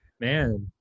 man